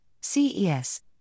CES